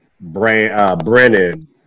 Brennan